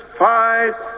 fight